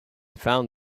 found